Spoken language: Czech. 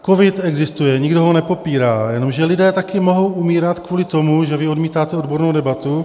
Covid existuje, nikdo ho nepopírá, jenomže lidé taky mohou umírat kvůli tomu, že vy odmítáte odbornou debatu.